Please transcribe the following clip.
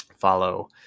follow